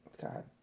God